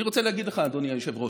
אני רוצה להגיד לך, אדוני היושב-ראש,